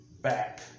back